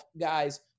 guys